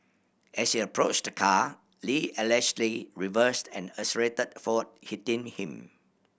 as he approached the car Lee allegedly reversed and accelerated forward hitting him